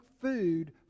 food